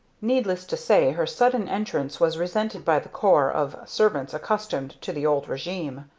needless to say her sudden entrance was resented by the corps of servants accustomed to the old regime.